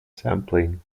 sampling